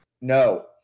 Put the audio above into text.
No